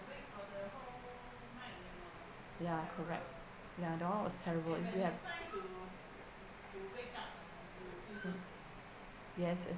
ya correct ya that one was terrible yes mm yes yes